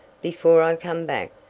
before i come back,